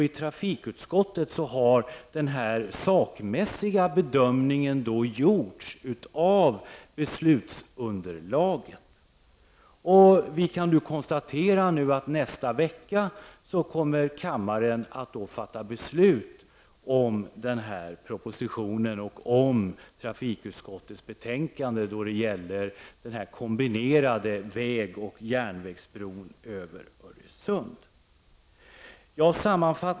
I trafikutskottet har man gjort en saklig bedömning av beslutsunderlaget. Nästa vecka kommer kammaren att fatta beslut om trafikutskottets betänkande som behandlar propositionen om en kombinerad väg och järnvägsbro över Öresund.